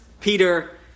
Peter